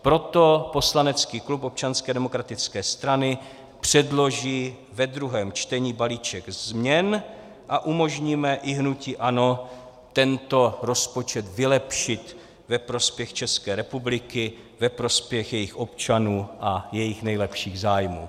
Proto poslanecký klub Občanské demokratické strany předloží ve druhém čtení baliček změn a umožníme i hnutí ANO tento rozpočet vylepšit ve prospěch České republiky, ve prospěch jejích občanů a jejích nejlepších zájmů.